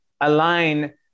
align